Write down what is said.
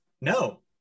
No